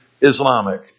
Islamic